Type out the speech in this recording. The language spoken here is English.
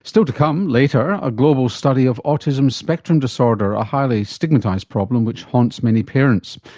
still to come later, a global study of autism spectrum disorder, a highly stigmatised problem which haunts many parents.